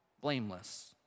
blameless